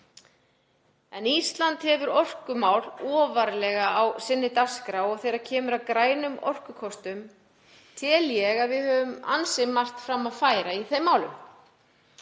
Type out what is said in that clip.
Ísland hefur orkumál ofarlega á sinni dagskrá og þegar kemur að grænum orkukostum tel ég að við höfum ansi margt fram að færa í þeim málum.